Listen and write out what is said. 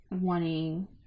wanting